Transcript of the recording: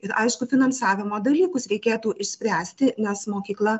ir aišku finansavimo dalykus reikėtų išspręsti nes mokykla